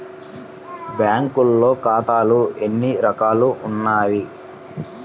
బ్యాంక్లో ఖాతాలు ఎన్ని రకాలు ఉన్నావి?